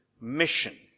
mission